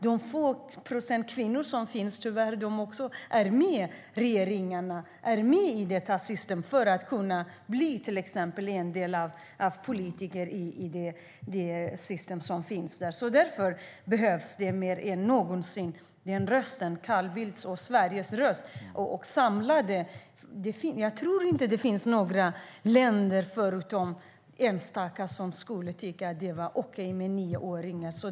De få kvinnor som finns där är med regeringarna, med i detta system, för att kunna bli en del av det politiska systemet. Därför behövs mer än någonsin Carl Bildts och Sveriges röst, en samlad röst. Jag tror inte att det finns några länder, möjligen enstaka, som skulle tycka att det var okej med äktenskap med nioåringar.